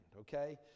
okay